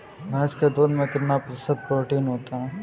भैंस के दूध में कितना प्रतिशत प्रोटीन होता है?